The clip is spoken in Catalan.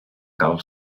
cal